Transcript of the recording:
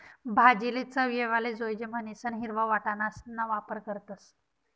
भाजीले चव येवाले जोयजे म्हणीसन हिरवा वटाणासणा वापर करतस